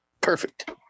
Perfect